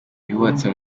yubatse